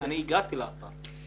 אני הגעתי לאתר.